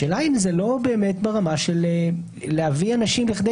השאלה אם זה לא באמת ברמה של להביא אנשים לכדי